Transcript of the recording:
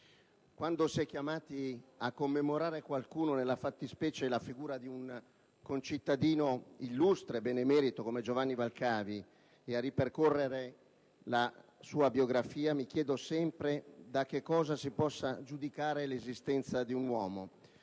quando si è chiamati a commemorare qualcuno - nella fattispecie la figura di un concittadino, illustre e benemerito, come Giovanni Valcavi - e a ripercorrerne la sua biografia, mi chiedo sempre da che cosa si possa giudicare l'esistenza di un uomo.